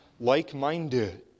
like-minded